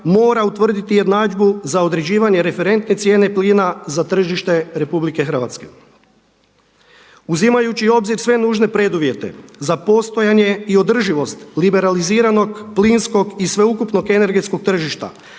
mora utvrditi jednadžbu za određivanje referentne cijene plina za tržište RH. Uzimajući u obzir sve nužne preduvjete za postojanje i održivost liberaliziranog plinskog i sveukupnog energetskog tržišta